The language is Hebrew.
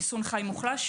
חיסון חי מוחלש.